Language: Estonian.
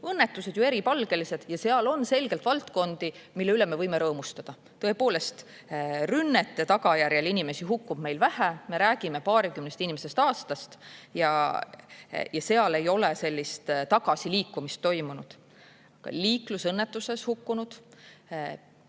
Õnnetused on ju küll eripalgelised ja seal on selgelt valdkondi, mille üle me võime rõõmustada. Tõepoolest, rünnete tagajärjel inimesi hukkub meil vähe, me räägime paarikümnest inimesest aastas ja seal ei ole sellist tagasiliikumist toimunud. Liiklusõnnetuses hukkunute